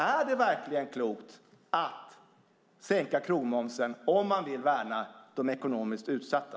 Är det verkligen klokt att sänka krogmomsen om man vill värna de ekonomiskt utsatta?